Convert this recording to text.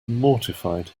mortified